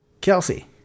Kelsey